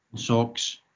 socks